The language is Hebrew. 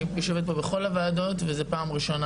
אני יושבת פה בכל הועדות וזה פעם ראשונה